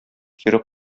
кире